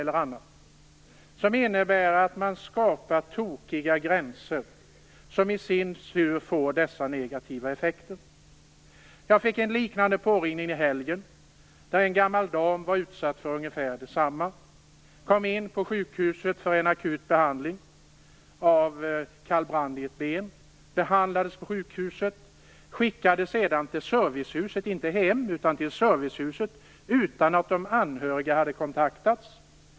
Det innebär att man skapar tokiga gränser som i sin tur får dessa negativa effekter. Jag fick en liknande påringning under helgen. En gammal dam var utsatt för ungefär detsamma. Hon kom in till sjukhuset för en akut behandling av kallbrand i ett ben. Efter behandlingen på sjukhuset skickades hon till servicehuset, inte hem, utan att de anhöriga hade kontaktats.